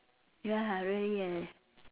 ya really eh